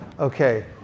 Okay